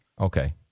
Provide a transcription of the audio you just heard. okay